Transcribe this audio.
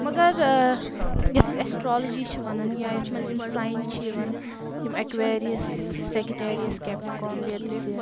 مگر یَتھ أسۍ ایٚسٹرالٕجی چھِ وَنَان یا یَتھ منٛز یِم سایِن چھِ یِوَان یِم ایٚکویٚرِیس سیٚکٹَیریَس کیٚپرِکان بیٚترِ